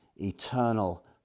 eternal